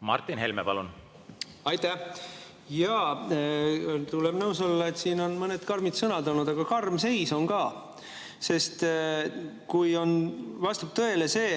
Martin Helme, palun! Aitäh! Jaa, tuleb nõus olla, et siin on mõned karmid sõnad olnud, aga karm seis on ka. Kui vastab tõele see,